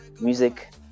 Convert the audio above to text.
music